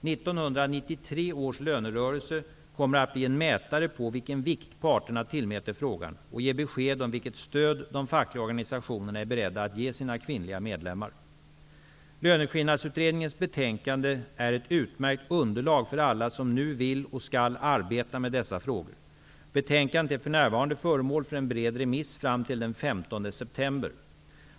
1993 års lönerörelse kommer att bli en mätare på vilken vikt parterna tillmäter frågan och ge besked om vilket stöd de fackliga organisationerna är beredda att ge sina kvinnliga medlemmar. Löneskillnadsutredningens betänkande är ett utmärkt underlag för alla som nu vill och skall arbeta med dessa frågor. Betänkandet är för närvarande föremål för en bred remiss fram till den 15 september.